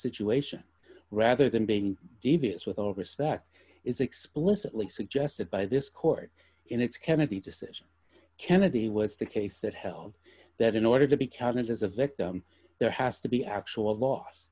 situation rather than being devious with all respect is explicitly suggested by this court in its kennedy decision kennedy was the case that held that in order to be counted as a victim there has to be actual